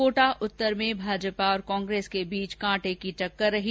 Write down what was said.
कोटा उत्तर में भाजपा और कांग्रेस के बीच कांटे की टक्कर रही